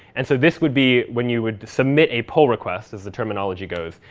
and so this would be when you would submit a pull request, as the terminology goes.